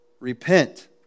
Repent